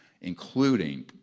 including